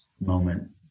moment